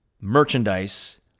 merchandise